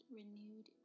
renewed